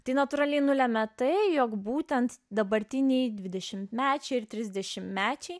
tai natūraliai nulemia tai jog būtent dabartiniai dvidešimtmečiai ir trisdešimtmečiai